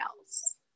else